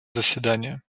заседания